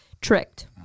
tricked